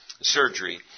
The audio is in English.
Surgery